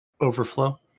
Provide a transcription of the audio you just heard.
Overflow